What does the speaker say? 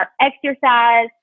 exercise